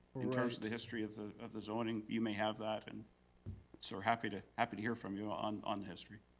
in terms of the history of the of the zoning, you may have that, and so we're happy to happy to hear from you on on the history.